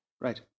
right